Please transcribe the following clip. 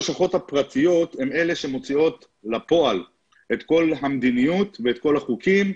הלשכות הפרטיות הן אלה שמוציאות לפועל את כל המדיניות ואת כל החוקים,